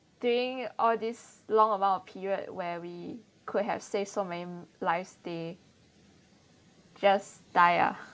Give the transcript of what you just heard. during all this long amount of period where we could have saved so many lives they just die ah